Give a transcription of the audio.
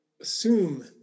assume